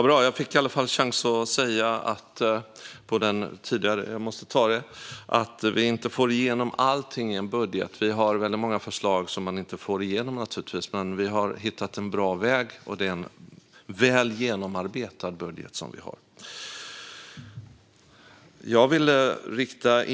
Fru talman! Vad bra att jag får möjlighet att säga att vi inte får igenom allt i vår budget. Vi har väldigt många förslag som vi naturligtvis inte får igenom. Men vi har hittat en bra väg, och det är en väl genomarbetad budget som vi har.